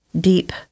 deep